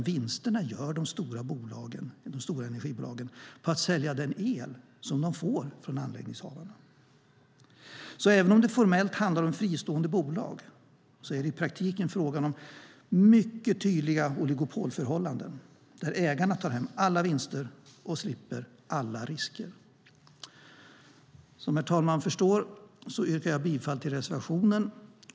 Vinsterna gör i stället de stora energibolagen på att sälja den el de får från anläggningshavarna. Även om det formellt handlar om fristående bolag är det alltså i praktiken fråga om mycket tydliga oligopolförhållanden där ägarna tar hem alla vinster och slipper alla risker. Som herr talmannen förstår yrkar jag bifall till reservationen.